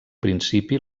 principi